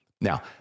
Now